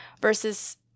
versus